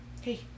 Hey